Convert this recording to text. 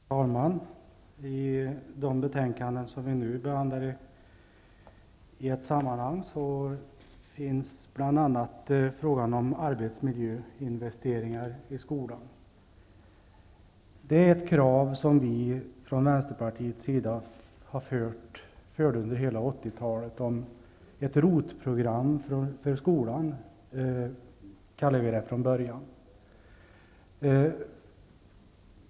Fru talman! I de betänkanden som vi nu behandlar i ett sammanhang tas bl.a. upp frågan om arbetsmiljöinvesteringar i skolan. Vi har från Vänsterpartiets sida under hela 80-talet fört fram kravet på ett ROT-program för skolan, som vi från början kallade det.